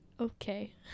Okay